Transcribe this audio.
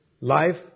life